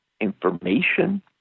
information